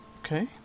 Okay